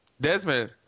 Desmond